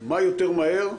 - מה יותר מהר,